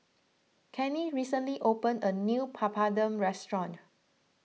Kenny recently opened a new Papadum restaurant